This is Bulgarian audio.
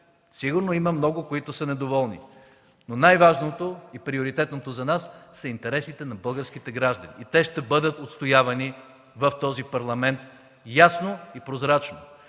Сигурно има много, които са недоволни, но най-важното и приоритетно за нас са интересите на българските граждани и те ще бъдат отстоявани в този Парламент ясно и прозрачно.